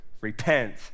Repent